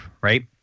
right